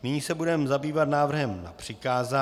Nyní se budeme zabývat návrhem na přikázání.